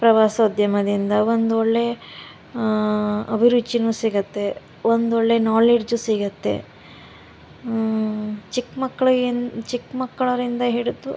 ಪ್ರವಾಸೋದ್ಯಮದಿಂದ ಒಂದು ಒಳ್ಳೆಯ ಅಭಿರುಚಿನೂ ಸಿಗುತ್ತೆ ಒಂದೊಳ್ಳೆಯ ನ್ವಾಲೆಡ್ಜ್ ಸಿಗುತ್ತೆ ಚಿಕ್ಕ ಮಕ್ಳಿಗೇನು ಚಿಕ್ಕ ಮಕ್ಕಳರಿಂದ ಹಿಡಿದು